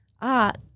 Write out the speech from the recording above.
art